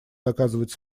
доказывать